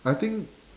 I think